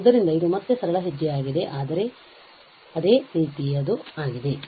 ಆದ್ದರಿಂದ ಇದು ಮತ್ತೆ ಸರಳ ಹೆಜ್ಜೆಯಾಗಿದೆ ಆದರೆ ಅದೇ ರೀತಿಯದು ಆಗಿದೆ